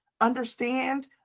understand